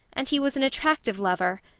and he was an attractive lover,